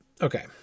Okay